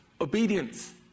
obedience